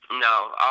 No